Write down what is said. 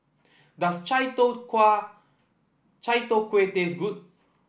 does Chai Tow Chai Tow Kuay taste good